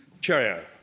Cheerio